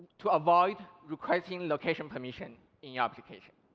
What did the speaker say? to avoid requesting location permission in your application.